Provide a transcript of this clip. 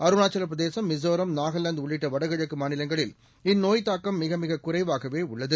அருணாச்சலப்பிரதேசம் மிசோராம் நாகலாந்தஉள்ளிட்டவடகிழக்குமாநிலங்களில் இந்நோய் தாக்கம் மிகமிககுறைவாகவேஉள்ளது